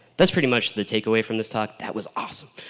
that's pretty much the takeaway from this talk that was awesome.